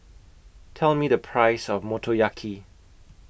Tell Me The Price of Motoyaki